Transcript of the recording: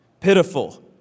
pitiful